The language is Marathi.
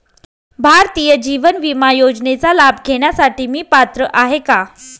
भारतीय जीवन विमा योजनेचा लाभ घेण्यासाठी मी पात्र आहे का?